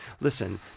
listen